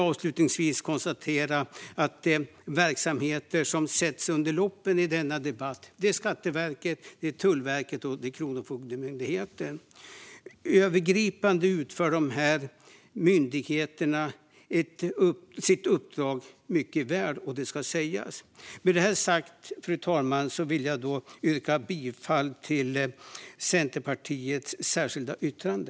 Avslutningsvis konstaterar jag att de verksamheter som satts under lupp under denna debatt - Skatteverket, Tullverket och Kronofogdemyndigheten - övergripande utför sitt uppdrag mycket väl, och det ska sägas. Jag vill yrka bifall till Centerpartiets särskilda yttrande.